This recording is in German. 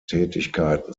tätigkeiten